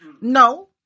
No